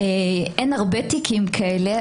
אין הרבה תיקים כאלה,